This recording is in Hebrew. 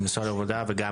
עם משרד העבודה ועוד,